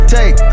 Take